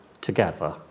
together